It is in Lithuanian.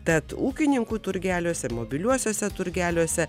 tad ūkininkų turgeliuose ir mobiliuosiuose turgeliuose